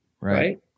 right